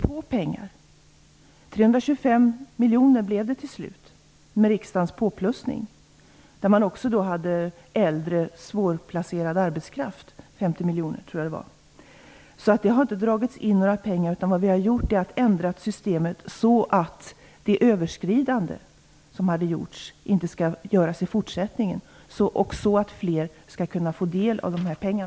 Det blev till slut 325 miljoner med riksdagens påplussning, där det också fanns 50 miljoner till äldre svårplacerad arbetskraft, tror jag. Det har inte dragits in några pengar. Vad vi har gjort är att ändra systemet så att det överskridande som hade gjorts inte skall göras i fortsättningen och så att fler kan få del av dessa pengar.